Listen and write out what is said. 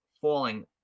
falling